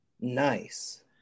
nice